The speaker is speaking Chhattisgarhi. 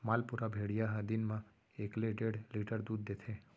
मालपुरा भेड़िया ह दिन म एकले डेढ़ लीटर दूद देथे